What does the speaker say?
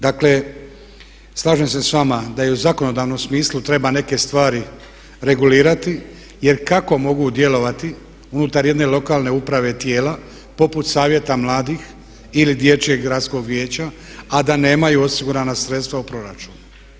Dakle, slažem se sa vama da i u zakonodavnom smislu treba neke stvari regulirati jer kako mogu djelovati unutar jedne lokalne uprave tijela poput Savjeta mladih ili Dječjeg gradskog vijeća, a da nemaju osigurana sredstva u proračunu.